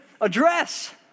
address